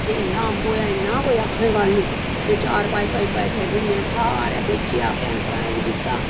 ते इन्ना अम्ब होआ इन्ना कोई आखने दी गल्ल निं ते चार पाई पाई पाई में सारै बेच्चेआ भैन भ्राएं बी दित्ता